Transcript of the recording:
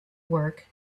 work